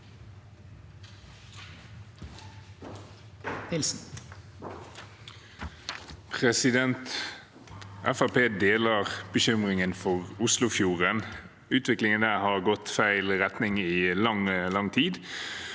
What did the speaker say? partiet deler bekymringen for Oslofjorden. Utviklingen der har gått i feil retning i lang,